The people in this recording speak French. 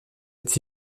être